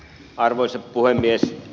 arvoisa puhemies